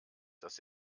dass